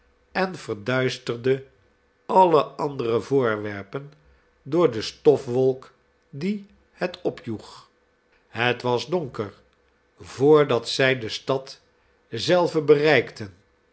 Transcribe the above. en verduisterde alle andere voorwerpen door de stofwolk die het opjoeg het was donker voordat zij de stad zelve bereikten